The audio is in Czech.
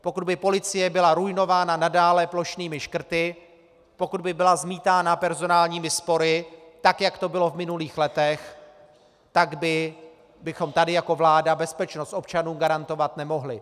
Pokud by policie byla ruinována nadále plošnými škrty, pokud by byla zmítána personálními spory, tak jak to bylo v minulých letech, tak bychom tady jako vláda bezpečnost občanů garantovat nemohli.